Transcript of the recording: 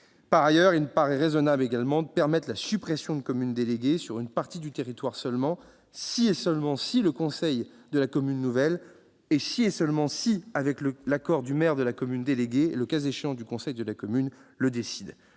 Par ailleurs, il me paraît raisonnable de permettre la suppression de communes déléguées, sur une partie du territoire seulement, si et seulement si le conseil de la commune nouvelle, avec l'accord du maire de la commune déléguée et, le cas échéant, du conseil de la commune déléguée,